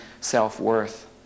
self-worth